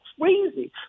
crazy